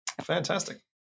Fantastic